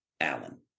Allen